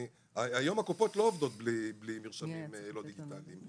היום הקופות לא עובדות בלי מרשמים לא דיגיטליים,